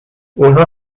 اونها